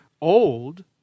old